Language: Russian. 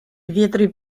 ветры